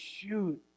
shoot